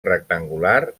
rectangular